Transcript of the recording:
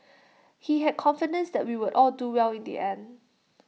he had confidence that we would all do well in the end